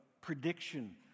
prediction